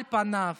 על פניו